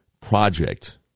Project